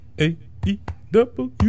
A-E-W